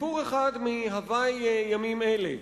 סיפור אחד מהווי ימים אלה,